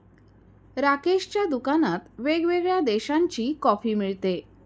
राकेशच्या दुकानात वेगवेगळ्या देशांची कॉफी मिळते